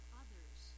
others